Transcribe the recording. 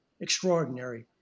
extraordinary